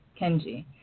Kenji